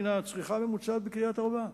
מהצריכה הממוצעת בקריית-ארבע.